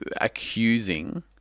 accusing